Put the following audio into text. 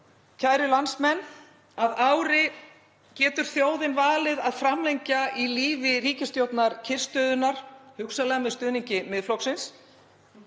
Kæru landsmenn. Að ári getur þjóðin valið að framlengja í lífi ríkisstjórnar kyrrstöðunnar, hugsanlega með stuðningi Miðflokksins.